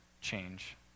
change